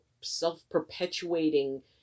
self-perpetuating